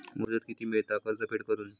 मुदत किती मेळता कर्ज फेड करून?